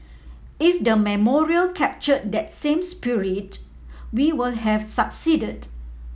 if the memorial captured that same spirit we will have succeeded